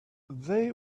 they